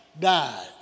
died